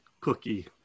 cookie